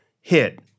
hit